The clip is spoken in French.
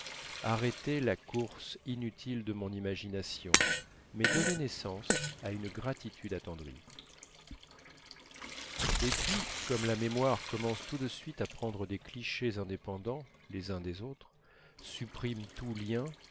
arrêtaient la course inutile de mon imagination mais donnaient naissance à une gratitude attendrie et puis comme la mémoire commence tout de suite à prendre des clichés indépendants les uns des autres supprime tout lien